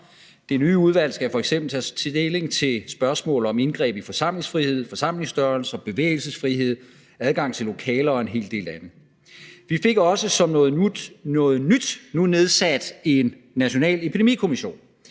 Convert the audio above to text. Det nye udvalg skal f.eks. tage stilling til spørgsmål om indgreb i forsamlingsfrihed, forsamlingsstørrelser, bevægelsesfrihed, adgang til lokaler og en hel del andet. Vi fik også som noget nyt nu nedsat en national epidemikommission,